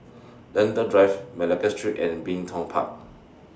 Lentor Drive Malacca Street and Bin Tong Park